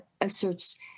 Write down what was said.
asserts